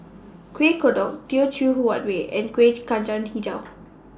Kuih Kodok Teochew Huat Kuih and Kuih Kacang Hijau